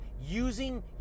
using